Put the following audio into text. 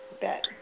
bet